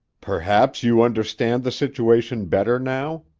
perhaps you understand the situation better now?